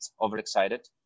overexcited